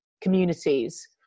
communities